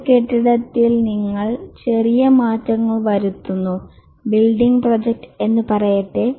ഒരു കെട്ടിടത്തിൽ നിങ്ങൾ ചെറിയ മാറ്റങ്ങൾ വരുത്തുന്നു ബിൽഡിംഗ് പ്രോജക്റ്റ് എന്ന് പറയട്ടെ